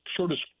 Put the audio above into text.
shortest